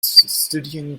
studying